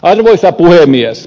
arvoisa puhemies